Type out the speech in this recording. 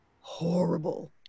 horrible